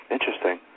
Interesting